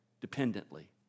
dependently